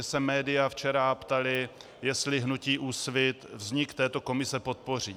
Mě se média včera ptala, jestli hnutí Úsvit vznik této komise podpoří.